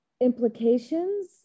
implications